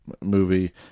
movie